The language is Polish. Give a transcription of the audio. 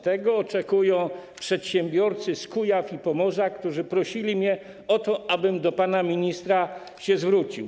Tego oczekują przedsiębiorcy z Kujaw i Pomorza, którzy prosili mnie o to, abym do pana ministra się zwrócił.